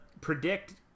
predict